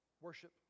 worship